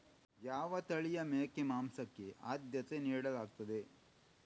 ಯಾವ ತಳಿಯ ಮೇಕೆ ಮಾಂಸಕ್ಕೆ ಆದ್ಯತೆ ನೀಡಲಾಗ್ತದೆ?